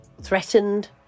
threatened